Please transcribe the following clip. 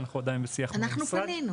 אנחנו עדיין בשיח מול המשרד.